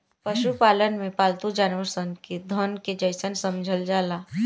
पशुपालन में पालतू जानवर सन के धन के जइसन समझल जाला